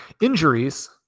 Injuries